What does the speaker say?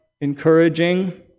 encouraging